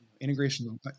Integration